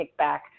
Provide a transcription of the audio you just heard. kickback